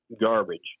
garbage